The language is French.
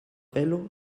vélo